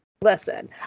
listen